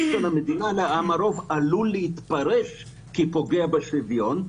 של המדינה עלול להתפרש כפוגע בשוויון,